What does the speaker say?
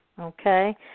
Okay